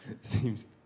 seems